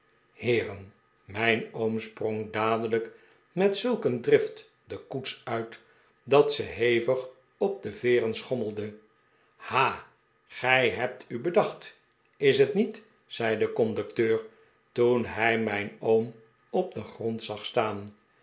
heeren mijn oom sprong dadelijk met zulk een drift de koets uit dat ze hevig op de veeren schommelde ha gij hebt u bedacht is het niet zei de conducteur toen hij mijn oom op den grond zag staan